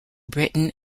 britain